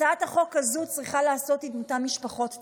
הצעת החוק הזו צריכה לעשות עם אותן משפחות צדק,